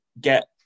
get